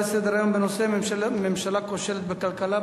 לנושא: ממשלה כושלת בכלכלה,